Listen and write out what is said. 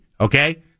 okay